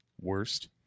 worst